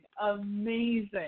amazing